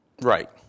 right